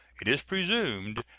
it is presumed,